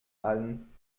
allen